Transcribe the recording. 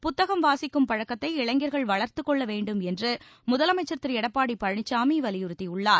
புத்தகம் வாசிக்கும் பழக்கத்தை இளைஞர்கள் வளர்த்துக் கொள்ள வேண்டும் என்று முதலமைச்சர் திரு எடப்பாடி பழனிச்சாமி வலியுறுத்தியுள்ளார்